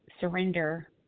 surrender